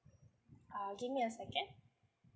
uh give me a second